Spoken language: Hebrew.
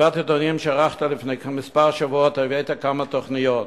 במסיבת עיתונאים שערכת לפני כמה שבועות העלית כמה תוכניות.